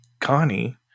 Connie